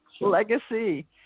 Legacy